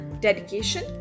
dedication